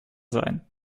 sein